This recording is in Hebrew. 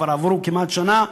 כבר עברה כמעט שנה,